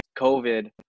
COVID